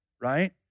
right